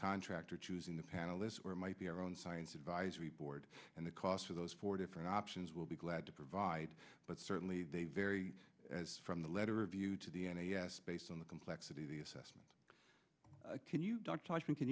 contractor the panelists or it might be our own science advisory board and the costs of those four different options will be glad to provide but certainly they vary as from the letter of you to the n a s based on the complexity of the assessment can you can